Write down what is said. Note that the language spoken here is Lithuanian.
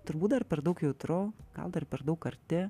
turbūt dar per daug jautru gal dar per daug arti